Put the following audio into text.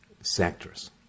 sectors